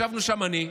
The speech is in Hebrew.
ישבנו שם אני,